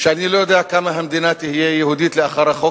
שאני לא יודע כמה המדינה תהיה יהודית לאחר החוק